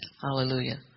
Hallelujah